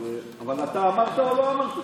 אבל אתה אמרת או לא אמרת?